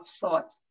thought